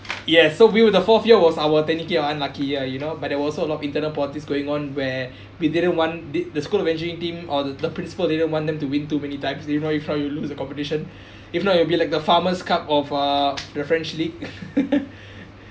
ya so we were the fourth year was our panicky or unlucky ah you know but there were also a lot of internal politics going on where we didn't want the the school of engineering team or the the principal didn't want them to win too many times they notify you lose a competition if not it will be like the farmers cup of uh the french league